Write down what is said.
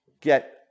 get